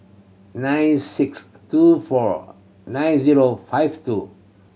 nine six two four nine zero five two